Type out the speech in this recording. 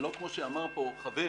ולא כמו שאמר פה חבר,